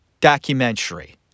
documentary